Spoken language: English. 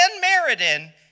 Meriden